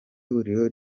huriro